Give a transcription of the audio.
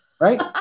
right